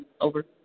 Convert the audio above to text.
over